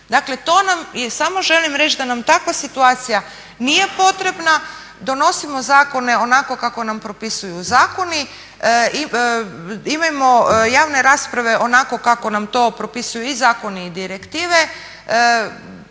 Dakle, to samo želim reći da nam takva situacija nije potrebna. Donosimo zakone onako kako nam propisuju zakoni, imajmo javne rasprave onako kako nam to propisuju i zakoni i direktive,